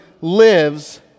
lives